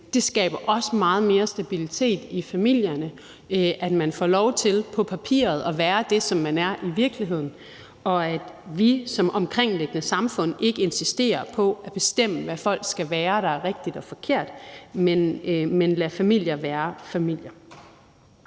Det skaber også meget mere stabilitet i familierne, at man får lov til på papiret at være det, som man er i virkeligheden, og at vi som omkringliggende samfund ikke insisterer på at bestemme, hvad folk skal være, og hvad der er rigtigt og forkert, men lader familier være familier.